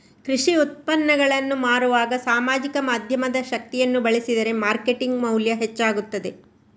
ಕೃಷಿ ಉತ್ಪನ್ನಗಳನ್ನು ಮಾರುವಾಗ ಸಾಮಾಜಿಕ ಮಾಧ್ಯಮದ ಶಕ್ತಿಯನ್ನು ಬಳಸಿದರೆ ಮಾರ್ಕೆಟಿಂಗ್ ಮೌಲ್ಯ ಹೆಚ್ಚಾಗುತ್ತದೆ